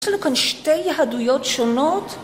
יש לנו כאן שתי יהדויות שונות.